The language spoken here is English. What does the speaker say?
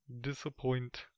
Disappoint